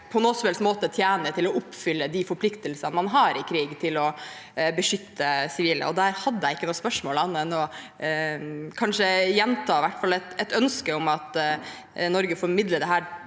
helst måte tjener til å oppfylle de forpliktelsene man har i krig til å beskytte sivile. Da hadde jeg ikke noe spørsmål, men jeg vil i hvert fall gjenta et ønske om at Norge formidler dette